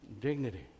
dignity